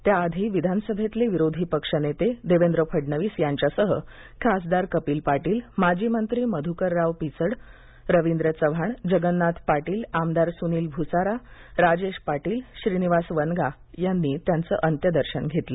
त्या आधी विधानसभेतले विरोधी पक्ष नेते देवेंद्र फडणवीस यांच्यासह खासदार कपिल पाटील माजी मंत्री मधूकरराव पिचड रवींद्र चव्हाण जगन्नाथ पाटील आमदार सुनील भुसारा राजेश पाटील श्रीनिवास वनगा यांनी त्यांचं अंत्यदर्शन घेतलं